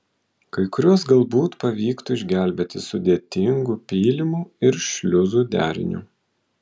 kai kuriuos galbūt pavyktų išgelbėti sudėtingu pylimų ir šliuzų deriniu